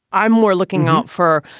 i'm more looking out for.